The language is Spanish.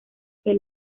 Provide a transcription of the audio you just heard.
que